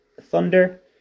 thunder